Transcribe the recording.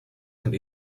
and